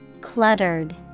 Cluttered